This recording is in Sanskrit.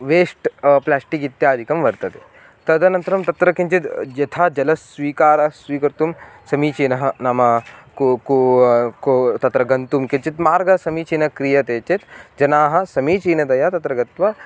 वेस्ट् प्लास्टिक् इत्यादिकं वर्तते तदनन्तरं तत्र किञ्चित् यथा जलस्वीकारः स्वीकर्तुं समीचीनः नाम तत्र गन्तुं किञ्चित् मार्गः समीचीनं क्रीयते चेत् जनाः समीचीनतया तत्र गत्वा